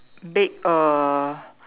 bake a